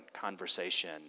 conversation